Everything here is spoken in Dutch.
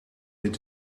het